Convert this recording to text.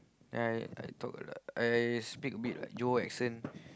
then I I talk like I speak a bit like Johor accent